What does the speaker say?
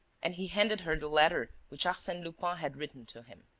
and he handed her the letter which arsene lupin had written to him.